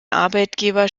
arbeitgeber